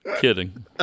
Kidding